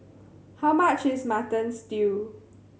how much is Mutton Stew